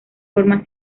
forma